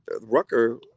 rucker